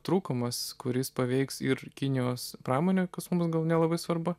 trūkumas kuris paveiks ir kinijos pramonę kas mums gal nelabai svarbu